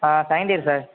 ah second year sir